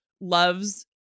loves